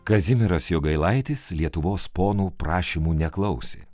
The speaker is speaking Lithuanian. kazimieras jogailaitis lietuvos ponų prašymų neklausė